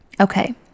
Okay